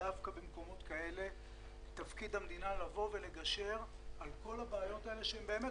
דווקא במקומות כאלה תפקיד המדינה לגשר על כל הבעיות האלה,